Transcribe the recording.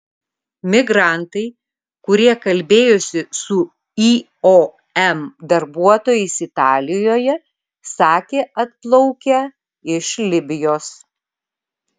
migrantai kurie kalbėjosi su iom darbuotojais italijoje sakė atplaukę iš libijos